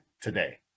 today